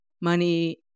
money